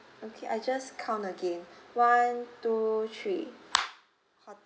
okay I just count again one two three